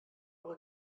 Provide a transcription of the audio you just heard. eure